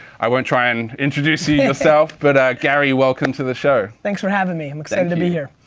i won't try and introduce you myself but gary welcome to the show. thanks for having me. i'm excited to be here.